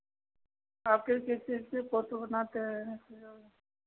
आप किस किस चीज़ की फ़ोटो बनाते हैं